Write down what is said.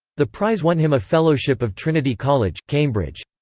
the prize won him a fellowship of trinity college, cambridge.